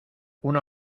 una